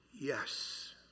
Yes